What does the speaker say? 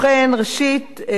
ובכן, ראשית,